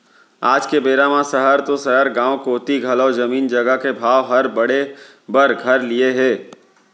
आज के बेरा म सहर तो सहर गॉंव कोती घलौ जमीन जघा के भाव हर बढ़े बर धर लिये हे